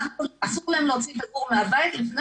אסור להם להוציא את הגור מהבית לפני